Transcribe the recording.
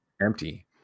empty